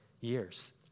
years